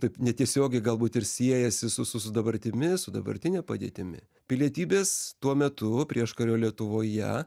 taip netiesiogiai galbūt ir siejasi su su su dabartimi su dabartine padėtimi pilietybės tuo metu prieškario lietuvoje